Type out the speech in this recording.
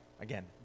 again